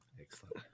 Excellent